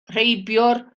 rheibiwr